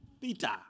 Peter